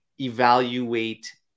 evaluate